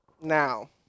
Now